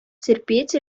терпеть